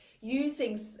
using